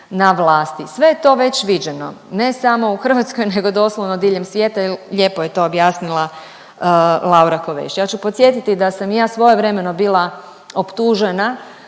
sve je to već viđeno, ne samo u Hrvatskoj nego doslovno diljem svijeta i lijepo je to objasnila Laura Koveši. Ja ću podsjetiti da sam i ja svojevremeno bila optužena